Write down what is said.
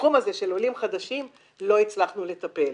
בתחום הזה של עולים חדשים לא הצלחנו לטפל.